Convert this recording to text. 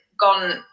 gone